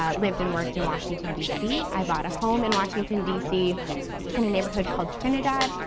ah lived and worked in washington, dc, i bought a home in washington, dc in a neighborhood called trinidad,